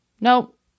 nope